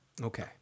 okay